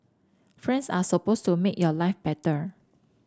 friends are supposed to make your life better